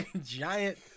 giant